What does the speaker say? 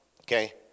Okay